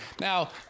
Now